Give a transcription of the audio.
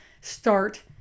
start